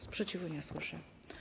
Sprzeciwu nie słyszę.